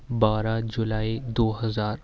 بارہ جولائی دو ہزار